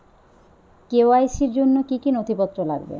KYC র জন্য কি কি নথিপত্র লাগবে?